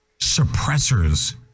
suppressors